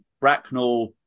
Bracknell